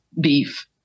beef